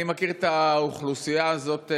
אני מכיר את האוכלוסייה הזאת,